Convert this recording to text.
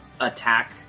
attack